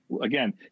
again